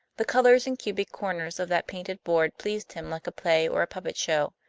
the colors and cubic corners of that painted board pleased him like a play or a puppet show.